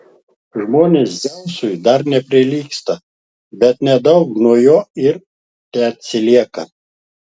žmonės dzeusui dar neprilygsta bet nedaug nuo jo ir teatsilieka